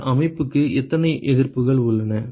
இந்த அமைப்புக்கு எத்தனை எதிர்ப்புகள் உள்ளன